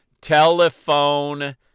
Telephone